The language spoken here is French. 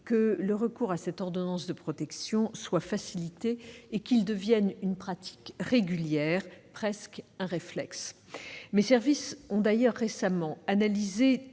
que le recours à cette ordonnance de protection soit facilité et devienne une pratique régulière, presque un réflexe. Mes services ont d'ailleurs récemment analysé